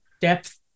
Depth